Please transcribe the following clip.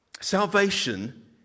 salvation